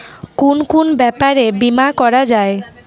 কুন কুন ব্যাপারে বীমা করা যায়?